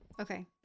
Okay